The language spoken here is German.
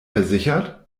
versichert